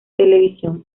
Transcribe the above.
televisión